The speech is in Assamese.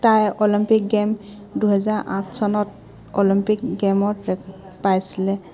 তাই অলিম্পিক গেম দুহেজাৰ আঠ চনত অলিম্পিক গেমত ৰেক পাইছিলে